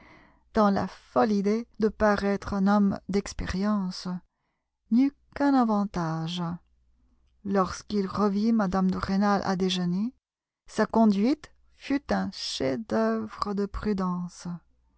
dans la folle idée de paraître un homme d'expérience n'eut qu'un avantage lorsqu'il revit mme de rênal à déjeuner sa conduite fut un chef-d'oeuvre de prudence